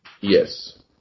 Yes